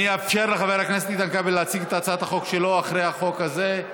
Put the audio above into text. אני אאפשר לחבר הכנסת איתן כבל להציג את הצעת החוק שלו אחרי החוק הזה.